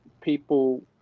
people